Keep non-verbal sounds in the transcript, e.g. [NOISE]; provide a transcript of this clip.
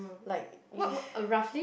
like like [BREATH]